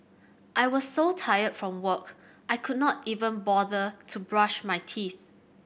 I was so tired from work I could not even bother to brush my teeth